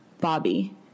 Bobby